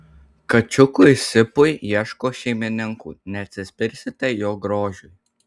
kačiukui sipui ieško šeimininkų neatsispirsite jo grožiui